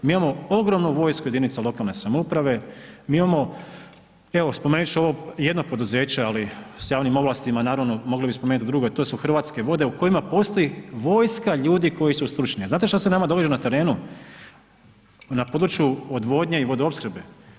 Mi imamo ogromnu vojsku jedinica lokalne samouprave, mi imamo, evo spomenut ću ovo jedno poduzeće, ali s javnim ovlastima, naravno mogli bi spomenut drugo, to su Hrvatske vode u kojima postoji vojska ljudi koji su stručni, a znate što se nama događa na terenu, na području odvodnje i vodoopskrbe?